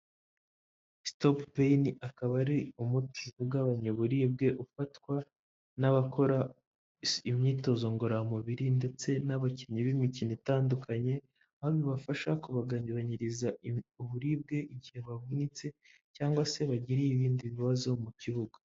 Stopain akaba ari umuti ugabanya uburibwe ufatwa n'abakora imyitozo ngororamubiri ndetse n'abakinnyi b'imikino itandukanye, aho bibafasha kubagabanyiriza uburibwe igihe bavunitse cyangwa se bagiriye ibindi bibazo mu kibuga.